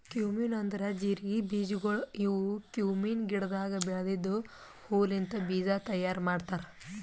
cumin ಅಂದುರ್ ಜೀರಿಗೆ ಬೀಜಗೊಳ್ ಇವು ಕ್ಯುಮೀನ್ ಗಿಡದಾಗ್ ಬೆಳೆದಿದ್ದ ಹೂ ಲಿಂತ್ ಬೀಜ ತೈಯಾರ್ ಮಾಡ್ತಾರ್